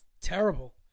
Terrible